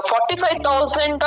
45,000